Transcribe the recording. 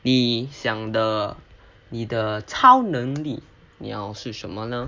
你想的你的超能力你要是什么呢